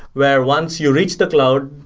where once you reach the cloud,